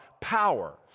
power